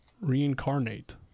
reincarnate